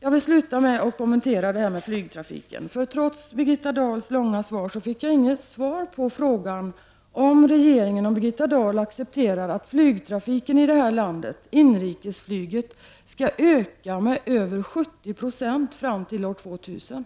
Jag vill till slut kommentera flygtrafiken. Trots Birgitta Dahls långa svar fick jag inget svar på frågan om regeringen och Birgitta Dahl accepterar att trafiken med inrikesflyget i vårt land skall öka med över 70 Jo fram till år 2000.